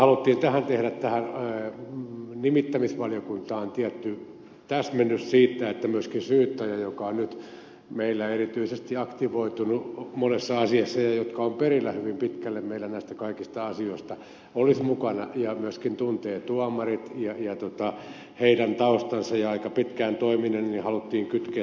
mutta halusimme tehdä tähän nimittämisvaliokuntaan tietyn täsmennyksen siitä että myöskin syyttäjät jotka ovat nyt meillä erityisesti aktivoituneet monessa asiassa ja jotka ovat perillä hyvin pitkälle meillä näistä kaikista asioista olisivat mukana ja he myöskin tuntevat tuomarit ja heidän taustansa ja ovat aika pitkään toimineet ja siksi halusimme kytkeä tähän valtakunnansyyttäjäviraston